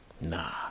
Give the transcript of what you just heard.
nah